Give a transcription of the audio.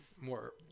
more